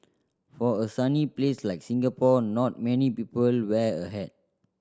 for a sunny place like Singapore not many people wear a hat